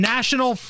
National